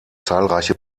zahlreiche